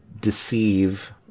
deceive